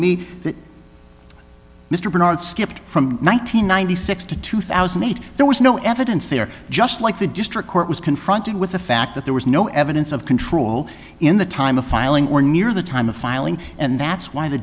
me that mr bernard skipped from one nine hundred ninety six to two thousand and eight there was no evidence there just like the district court was confronted with the fact that there was no evidence of control in the time of filing or near the time of filing and that's why the